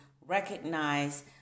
recognize